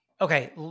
Okay